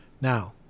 Now